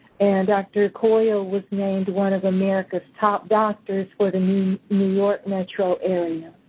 and dr. coyle was named one of america's top doctors for the new new york metro area.